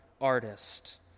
artist